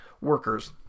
workers